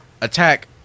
attack